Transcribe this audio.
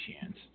chance